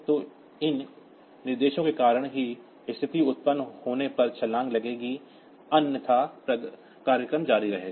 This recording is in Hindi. तो इन निर्देशों के कारण ही स्थिति उत्पन्न होने पर जंप लगेगी अन्यथा प्रोग्राम जारी रहेगा